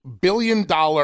billion-dollar